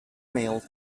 mailed